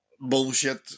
bullshit